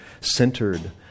centered